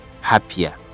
happier